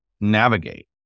navigate